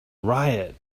riot